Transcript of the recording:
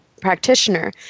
practitioner